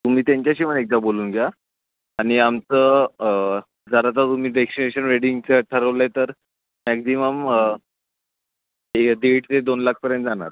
तुम्ही त्यांच्याशी पण एकदा बोलून घ्या आणि आमचं जर आता तुम्ही डेक्सिनेशन वेडिंगचं ठरवलं आहे तर मॅक्जिमम ए दीड ते दोन लाखपर्यंत जाणार